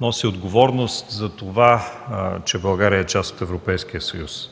носи отговорност за това, че България е част от Европейския съюз.